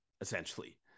essentially